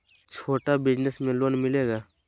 छोटा बिजनस में लोन मिलेगा?